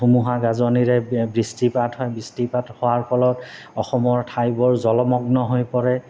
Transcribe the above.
ধুমুহা গাজনিৰে বৃষ্টিপাত হয় বৃষ্টিপাত হোৱাৰ ফলত অসমৰ ঠাইবোৰ জলমগ্ন হৈ পৰে